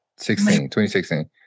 2016